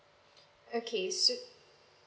okay so